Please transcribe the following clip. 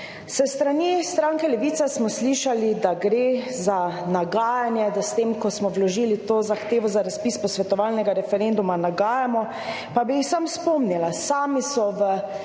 S strani stranke Levica smo slišali, da gre za nagajanje, da s tem, ko smo vložili to zahtevo za razpis posvetovalnega referenduma nagajamo, pa bi jih samo spomnila, sami so v